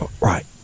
Right